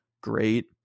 great